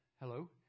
Hello